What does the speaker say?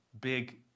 big